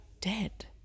dead